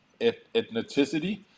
ethnicity